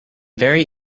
very